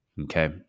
Okay